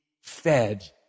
fed